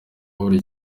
buri